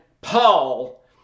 Paul